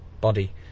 body